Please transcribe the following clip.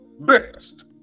best